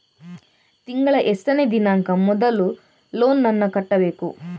ತಿಂಗಳ ಎಷ್ಟನೇ ದಿನಾಂಕ ಮೊದಲು ಲೋನ್ ನನ್ನ ಕಟ್ಟಬೇಕು?